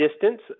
distance